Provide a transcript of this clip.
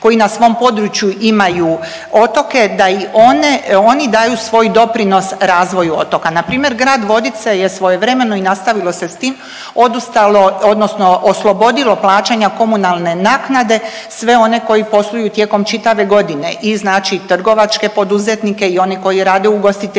koji na svom području imaju otoke da i oni daju svoj doprinos razvoju otoka. Npr. grad Vodice je svojevremeno i nastavilo se s tim odustalo odnosno oslobodilo plaćanja komunalne naknade sve one koji posluju tijekom čitave godine i znači trgovačke poduzetnike i one koji rade u ugostiteljstvu.